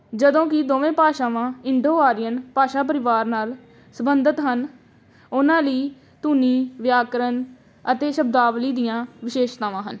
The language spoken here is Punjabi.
ਜਦੋਂ ਕਿ ਦੋਵੇਂ ਭਾਸ਼ਾਵਾਂ ਇੰਡੋ ਆਰੀਅਨ ਭਾਸ਼ਾ ਪਰਿਵਾਰ ਨਾਲ ਸੰਬੰਧਿਤ ਹਨ ਉਹਨਾਂ ਲਈ ਧੁਨੀ ਵਿਆਕਰਨ ਅਤੇ ਸ਼ਬਦਾਵਲੀ ਦੀਆਂ ਵਿਸ਼ੇਸ਼ਤਾਵਾਂ ਹਨ